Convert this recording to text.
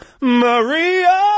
Maria